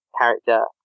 character